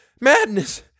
Madness